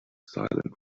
silent